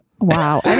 Wow